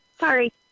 sorry